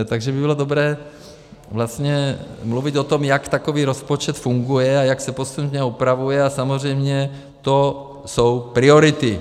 Takže by bylo dobré vlastně mluvit o tom, jak takový rozpočet funguje a jak se postupně upravuje, a samozřejmě to jsou priority.